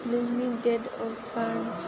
नोंनि date of birth